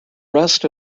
rest